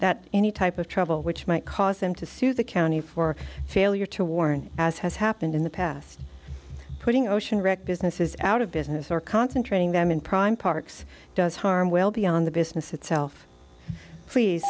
that any type of trouble which might cause them to sue the county for failure to warn as has happened in the past putting ocean wrecked businesses out of business or concentrating them in prime parks does harm well beyond the business itself